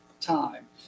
time